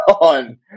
on